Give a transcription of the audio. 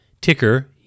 ticker